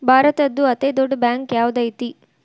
ಭಾರತದ್ದು ಅತೇ ದೊಡ್ಡ್ ಬ್ಯಾಂಕ್ ಯಾವ್ದದೈತಿ?